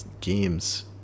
games